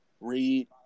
read